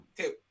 two